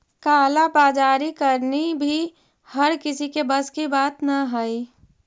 काला बाजारी करनी भी हर किसी के बस की बात न हई